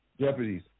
deputies